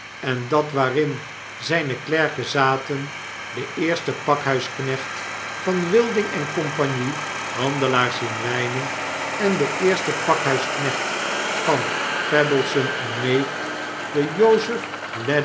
en dat waarin zjjne klerken zaten de eerste pakhuisknecht van wilding en cie handelaars in wynen en de eerste pakhuisknecht van pebbleson en neef de